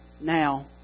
now